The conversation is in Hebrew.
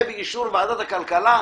ובאישור ועדת הכלכלה,